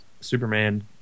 superman